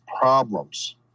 problems